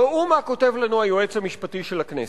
ראו מה כותב לנו היועץ המשפטי של הכנסת.